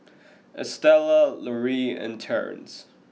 Estela Lauri and Terrence